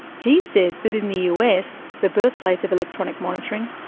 he says that in the us, the birthplace of electronic monitoring,